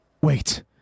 Wait